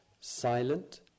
silent